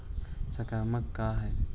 संक्रमण का है?